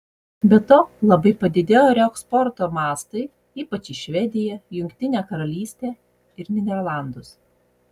be to labai padidėjo reeksporto mastai ypač į švediją jungtinę karalystę ir nyderlandus